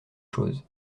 chose